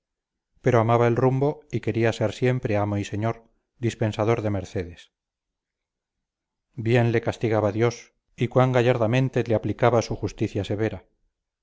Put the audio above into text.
pero amaba el rumbo y quería ser siempre amo y señor dispensador de mercedes bien le castigaba dios y cuán gallardamente te aplicaba su justicia severa